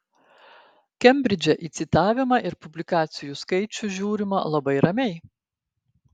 kembridže į citavimą ir publikacijų skaičių žiūrima labai ramiai